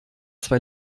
zwei